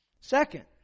Second